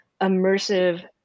immersive